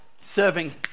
serving